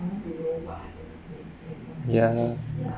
ya